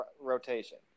rotation